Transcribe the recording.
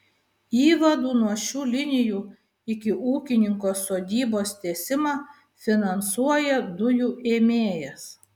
įvadų nuo šių linijų iki ūkininko sodybos tiesimą finansuoja dujų ėmėjas